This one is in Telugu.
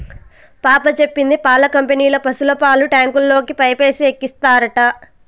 పాప చెప్పింది పాల కంపెనీల పశుల పాలు ట్యాంకుల్లోకి పైపేసి ఎక్కిత్తారట